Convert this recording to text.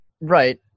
right